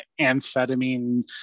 amphetamine